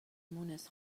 مونس